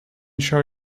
show